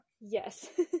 Yes